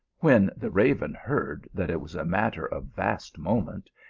when the raven heard that it was a matter of vast moment,